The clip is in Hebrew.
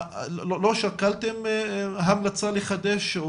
לא שקלתם המלצה לחדש,